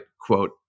quote